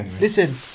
Listen